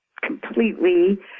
completely